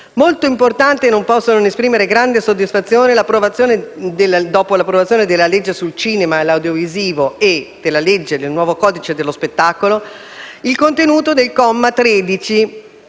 molto importante - e non posso non esprimere grande soddisfazione in proposito -, dopo l'approvazione della legge sul cinema e l'audiovisivo e il nuovo codice dello spettacolo, il contenuto del comma 13,